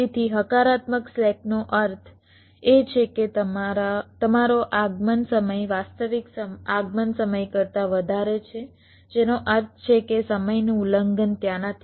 તેથી હકારાત્મક સ્લેકનો અર્થ એ છે કે તમારો આગમન સમય વાસ્તવિક આગમન સમય કરતા વધારે છે જેનો અર્થ છે કે સમયનું ઉલ્લંઘન ત્યાં નથી